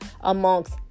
amongst